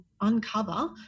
uncover